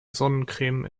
sonnencreme